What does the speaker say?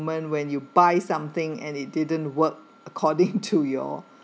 when when you buy something and it didn't work according to your